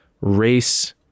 race